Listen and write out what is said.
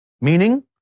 Meaning